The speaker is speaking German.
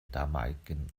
damaligen